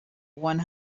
one